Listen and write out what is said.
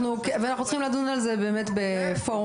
וזה נושא שאנחנו צריכים לדון עליו באמת בפורום